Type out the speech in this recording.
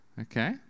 Okay